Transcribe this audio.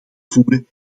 voeren